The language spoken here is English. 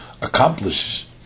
accomplish